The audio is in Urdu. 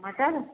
مٹر